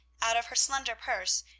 out of her slender purse,